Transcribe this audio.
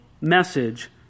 message